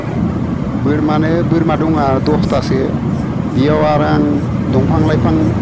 अ बोरमानो बोरमा दङ आंहा दसथासो बेयाव आरो आं दंफां लाइफां